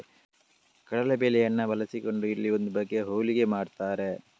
ಕಡಲೇ ಬೇಳೆಯನ್ನ ಬಳಸಿಕೊಂಡು ಇಲ್ಲಿ ಒಂದು ಬಗೆಯ ಹೋಳಿಗೆ ಮಾಡ್ತಾರೆ